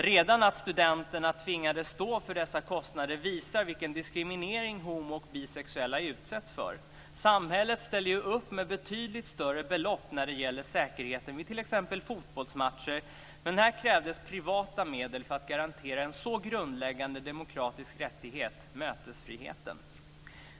Redan att studenterna tvingades stå för dessa kostnader visar vilken diskriminering homo och bisexuella utsätts för. Samhället ställer ju upp med betydligt större belopp när det gäller säkerheten vid t.ex. fotbollsmatcher, men här krävdes privata medel för att garantera en så grundläggande demokratisk rättighet: mötesfriheten.